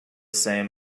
same